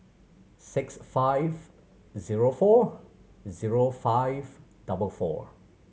six five zero four zero five double four